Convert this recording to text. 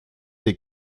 des